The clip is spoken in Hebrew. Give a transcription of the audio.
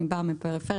אני באה מהפריפריה,